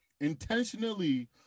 intentionally